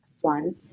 one